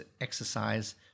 exercise